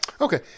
Okay